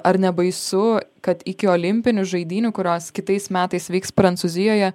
ar nebaisu kad iki olimpinių žaidynių kurios kitais metais vyks prancūzijoje